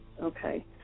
Okay